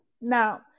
Now